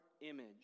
image